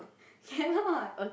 cannot